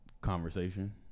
conversation